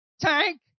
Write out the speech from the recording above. tank